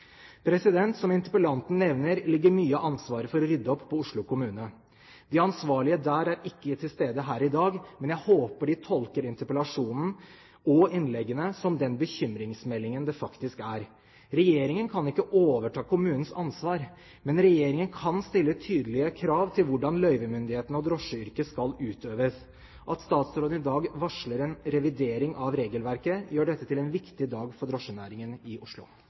Som interpellanten nevner, ligger mye av ansvaret for å rydde opp på Oslo kommune. De ansvarlige der er ikke til stede her i dag, men jeg håper de tolker interpellasjonen og innleggene som den bekymringsmeldingen det faktisk er. Regjeringen kan ikke overta kommunens ansvar, men regjeringen kan stille tydelige krav til løyvemyndighetene og hvordan drosjeyrket skal utøves. At statsråden i dag varsler en revidering av regelverket, gjør dette til en viktig dag for drosjenæringen i Oslo.